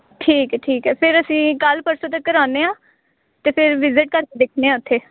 ਠੀਕ ਹੈ ਠੀਕ ਹੈ ਫਿਰ ਅਸੀਂ ਕੱਲ੍ਹ ਪਰਸੋਂ ਤੱਕ ਆਉਂਦੇ ਹਾਂ ਅਤੇ ਫਿਰ ਵਿਜਿਟ ਕਰ ਕੇ ਦੇਖਦੇ ਹਾਂ ਉੱਥੇ